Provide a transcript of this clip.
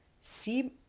see